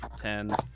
ten